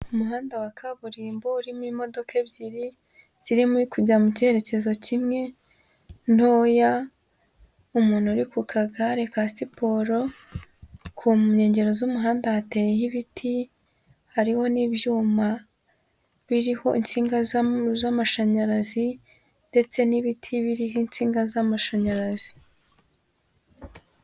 Umuhanda wa kaburimbo urimo imodoka ebyiri, zirimo kujya mu cyerekezo kimwe ntoya, umuntu uri ku kagare ka siporo, ku nkengero z'umuhanda hateyeho ibiti, hariho n'ibyuma biriho insinga z'amashanyarazi ndetse n'ibiti biriho insinga z'amashanyarazi.